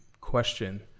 question